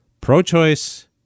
Pro-choice